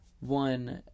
one